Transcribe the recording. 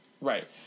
Right